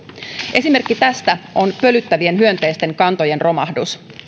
esimerkki tästä on pölyttävien hyönteisten kantojen romahdus